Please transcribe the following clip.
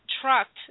trucked